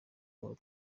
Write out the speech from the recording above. iyo